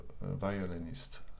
violinist